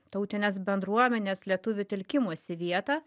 tautinės bendruomenės lietuvių telkimosi vietą